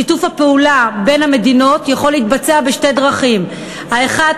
שיתוף הפעולה בין המדינות יכול להתבצע בשתי דרכים: האחת,